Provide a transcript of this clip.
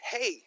hey